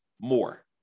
more